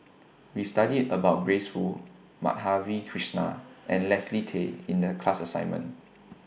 We studied about Grace Fu Madhavi Krishnan and Leslie Tay in The class assignment